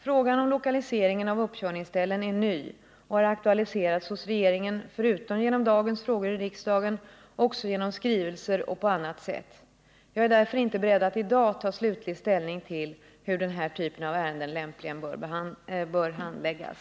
Frågan om lokaliseringen av uppkörningsställen är ny och har aktualiserats hos regeringen — förutom genom dagens frågor i riksdagen — också genom skrivelser och på annat sätt. Jag är därför inte beredd att i dag ta slutlig ställning till hur den här typen av ärenden lämpligen bör handläggas.